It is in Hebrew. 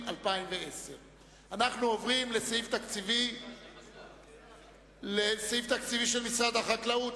2010. אנחנו עוברים לסעיף תקציבי של משרד החקלאות,